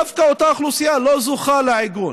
דווקא אותה אוכלוסייה לא זוכה לעיגון.